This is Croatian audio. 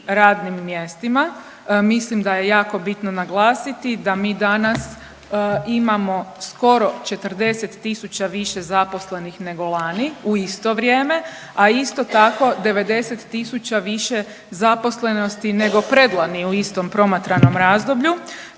radnim mjestima mislim da je jako bitno naglasiti da mi danas imamo skoro 40 000 više zaposlenih nego lani u isto vrijeme, a isto tako 90 000 više zaposlenosti nego predlani u istom promatranom razdoblju.